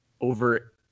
over